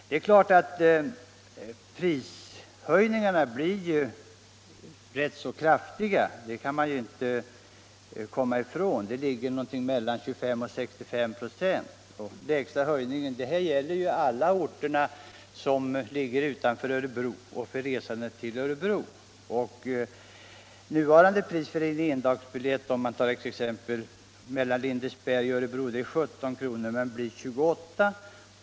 Man kan inte komma ifrån att ett slopande av endagsrabatten medför rätt kraftiga prishöjningar — de ligger mellan 25 och 65 96. Detta gäller för resande från Örebro till alla orter som ligger utanför Örebro och för resande till Örebro. Nuvarande pris för en endagsbiljett är t.ex. mellan Lindesberg och Örebro 17 kr., men det blir nu höjt till 28 kr.